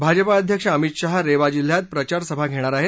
भाजपा अध्यक्ष अमित शाह रेवा जिल्ह्यात प्रचारसभा घेणार आहेत